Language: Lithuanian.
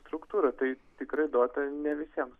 struktūra tai tikrai duota ne visiems